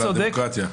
"למען הדמוקרטיה"?